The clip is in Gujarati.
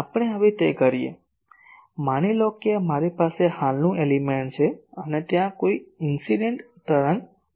આપણે હવે તે કરીએ તેથી માનો કે મારી પાસે હાલનું એલિમેન્ટ છે અને ત્યાં કોઈ ઇન્સીડેંટ તરંગ આવી રહી છે